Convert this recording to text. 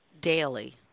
Daily